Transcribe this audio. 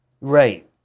right